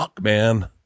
man